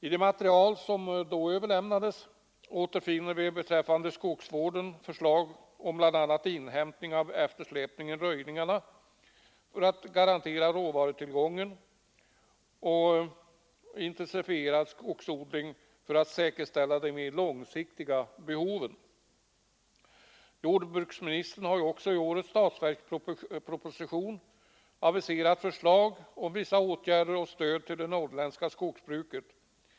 I det material som då överlämnades återfinner vi beträffande skogsvården förslag om bl.a. inhämtning av eftersläpningen i röjningarna för att garantera råvarutillgången och intensifierad skogsodling för att säkerställa de mer långsiktiga behoven. Jordbruksministern har i årets statsverksproposition aviserat förslag om vissa åtgärder till stöd för det norrländska skogsbruket.